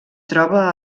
troba